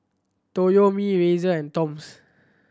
Toyomi Razer and Toms